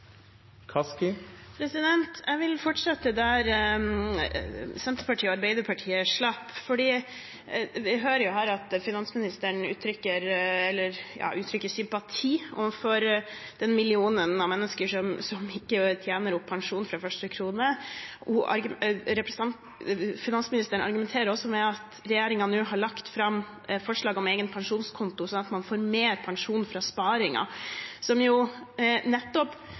Jeg vil fortsette der Senterpartiet og Arbeiderpartiet slapp, for vi hører jo her at finansministeren uttrykker sympati overfor den millionen av mennesker som ikke tjener opp pensjon fra første krone. Finansministeren argumenterer også med at regjeringen nå har lagt fram forslag om egen pensjonskonto, sånn at man får mer pensjon fra sparingen, som jo nettopp